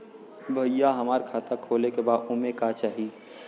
भईया हमार खाता खोले के बा ओमे का चाही?